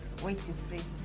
wait you see